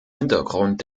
hintergrund